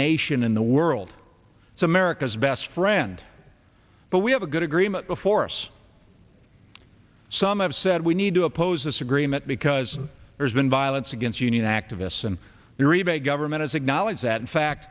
nation in the world so america's best friend but we have a good agreement before us some have said we need to oppose this agreement because there's been violence against union activists and the rebate government has acknowledged that in fact